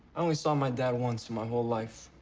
only saw my dad once in my whole life,